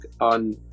on